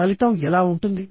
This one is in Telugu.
ఫలితం ఎలా ఉంటుంది